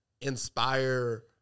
inspire